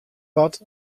bard